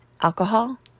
alcohol